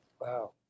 Wow